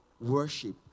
worship